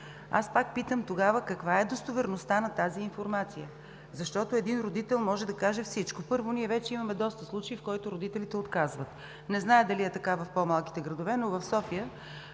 Аз пак питам тогава: каква е достоверността на тази инфромация? Защото един родител може да каже всичко. Първо, ние вече имаме доста случаи, в които родителите отказват. Не зная дали е така в по-малките градове, но в София